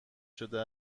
شده